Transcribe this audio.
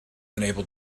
unable